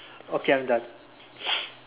okay I'm done